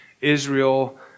Israel